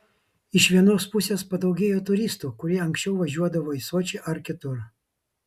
iš vienos pusės padaugėjo turistų kurie anksčiau važiuodavo į sočį ar kitur